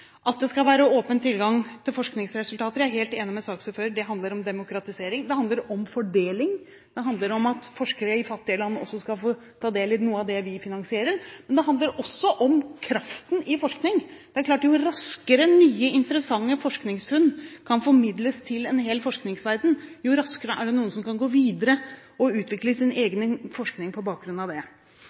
At det skal være åpen tilgang til forskningsresultater, er jeg helt enig med saksordføreren i. Det handler om demokratisering. Det handler om fordeling. Det handler om at forskere i fattige land også skal få ta del i noe av det vi finansierer. Men det handler også om kraften i forskningen. Det er klart at jo raskere nye, interessante forskningsfunn kan formidles til en hel forskningsverden, jo raskere er det noen som kan gå videre med å utvikle sin egen forskning på bakgrunn av det.